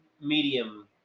medium